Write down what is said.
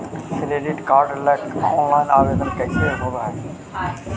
Credit card ल online आवेदन कैसे होब है?